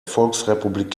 volksrepublik